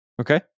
Okay